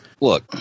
look